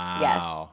yes